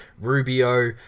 Rubio